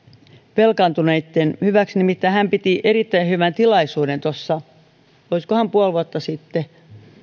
velkaantuneitten hyväksi nimittäin hän piti erittäin hyvän tilaisuuden olisikohan puoli vuotta sitten